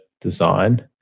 design